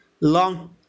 long